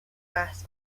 بحث